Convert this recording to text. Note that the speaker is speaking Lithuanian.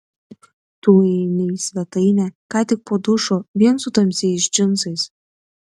tu įeini į svetainę ką tik po dušo vien su tamsiais džinsais